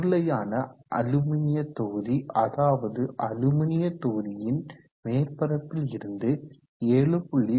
உருளையான அலுமினிய தொகுதி அதாவது அலுமினிய தொகுதியின் மேற்பரப்பில் இருந்து 7